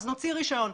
נוציא רישיון.